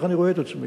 כך אני רואה את עצמי,